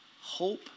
hope